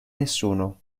nessuno